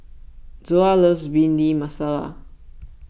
Zoa loves Bhindi Masala